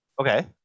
Okay